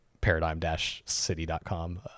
paradigm-city.com